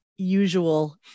usual